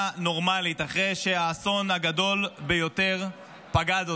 נורמלית אחרי שהאסון הגדול ביותר פקד אותה.